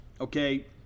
okay